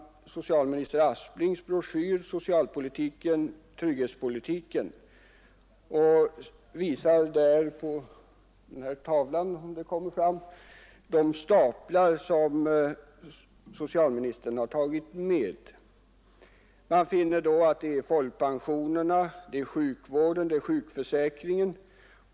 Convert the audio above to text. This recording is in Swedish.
Socialminister Aspling har i broschyren Socialpolitiken — trygghetspolitiken ett belysande diagram, som jag ber att få visa på kammarens TV-skärm. Där finns olika staplar för folkpensionerna, sjukvården och sjukförsäkringen.